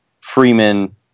Freeman